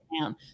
down